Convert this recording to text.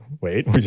wait